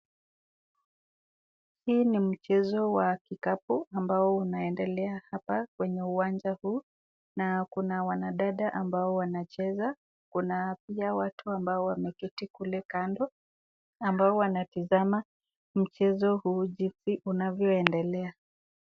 Hii ni mchezo wa kikapu ambao unaendelea hapa kwenye uwanja huu na kuna wanadada ambao wanacheza. Kuna pia watu wameketi kule kando ambao wanatazama mchezo huu jinsi unavyoendelea.